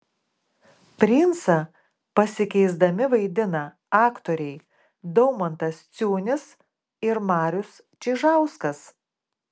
princą pasikeisdami vaidina aktoriai daumantas ciunis ir marius čižauskas